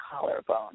collarbone